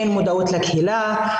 אין מודעות לקהילה,